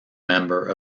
member